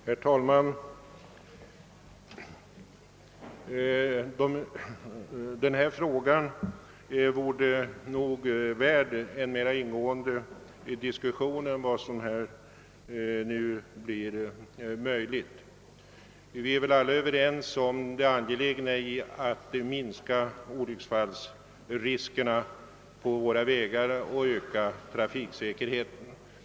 Herr talman! Denna fråga vore nog värd en mer ingående diskussion än vad som nu blir möjligt. Vi är väl alla överens om det angelägna i att minska olycksfallsriskerna på våra vägar och att öka trafiksäkerheten.